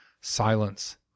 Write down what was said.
silence